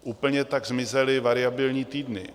Úplně tak zmizely variabilní týdny.